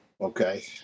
Okay